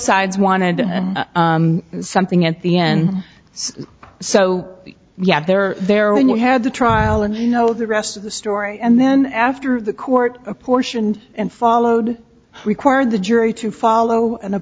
sides wanted something at the end so yeah they're there when you had the trial and you know the rest of the story and then after the court apportioned and followed require the jury to follow and